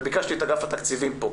וביקשתי את אגף התקציבים פה,